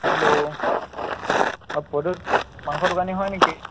hello অ মাংস দোকানী হয় নেকি